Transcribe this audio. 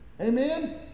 amen